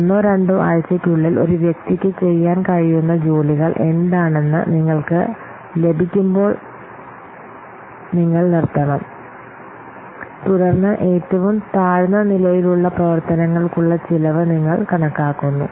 ഒന്നോ രണ്ടോ ആഴ്ചയ്ക്കുള്ളിൽ ഒരു വ്യക്തിക്ക് ചെയ്യാൻ കഴിയുന്ന ജോലികൾ എന്താണെന്ന് നിങ്ങൾക്ക് ലഭിക്കുമ്പോൾ നിങ്ങൾ നിർത്തണം തുടർന്ന് ഏറ്റവും താഴ്ന്ന നിലയിലുള്ള പ്രവർത്തനങ്ങൾക്കുള്ള ചെലവ് നിങ്ങൾ കണക്കാക്കുന്നു